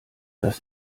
das